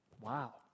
Wow